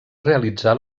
realitzà